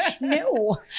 no